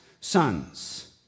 sons